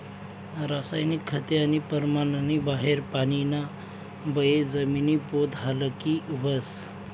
रासायनिक खते आणि परमाननी बाहेर पानीना बये जमिनी पोत हालकी व्हस